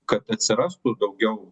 kad atsirastų daugiau